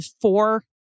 four